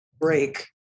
break